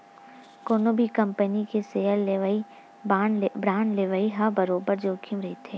कोनो भी कंपनी के सेयर लेवई, बांड लेवई म बरोबर जोखिम रहिथे